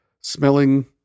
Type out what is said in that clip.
smelling